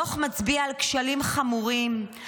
הדוח מצביע על כשלים חמורים,